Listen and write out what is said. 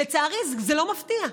לצערי זה לא מפתיע.